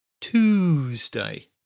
Tuesday